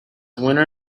winner